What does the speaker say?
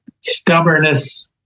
Stubbornness